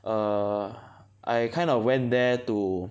err I kind of went there to